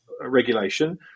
regulation